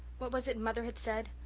what was it mother had said,